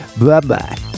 bye-bye